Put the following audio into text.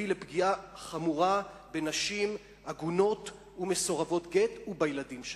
ותביא לפגיעה חמורה בנשים עגונות ומסורבות גט ובילדים שלהן.